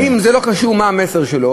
אם זה לא קשור מה המסר שלו,